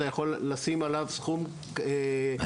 שאתה יכול לשים עליו סכום פי שלוש ופי ארבע.